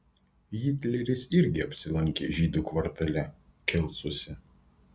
hitleris irgi apsilankė žydų kvartale kelcuose